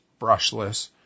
brushless